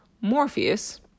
morpheus